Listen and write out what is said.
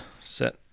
set